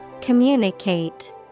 Communicate